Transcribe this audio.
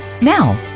Now